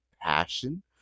passion